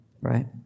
right